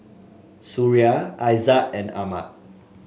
Suria Aizat and Ahmad